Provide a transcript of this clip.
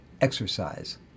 exercise